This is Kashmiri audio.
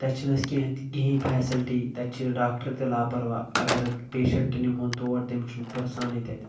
تتہِ چھِنہٕ أسۍ کینٛہہ تہِ کہیٖنی فیسلٹی تتہِ چھِ ڈاکٹر تہِ لاپرواہ اگر پیشنٹ نمہون تور تٔمِس چھنہٕ پٔرسانٕے تتہِ